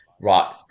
right